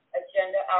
agenda